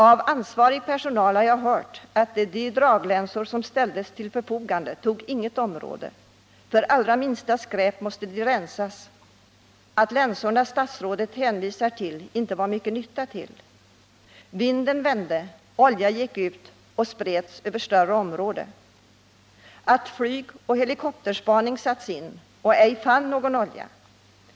Av ansvarig personal har jag hört att de draglänsor som ställdes till förfogande inte tog något område, för allra minsta skräp måste de rensas. De länsor som statsrådet hänvisar till var inte till mycket nytta. Vinden vände, oljan gick ut och spreds över ett större område. Flygoch helikopterspaning sattes in, men man fann ingen olja.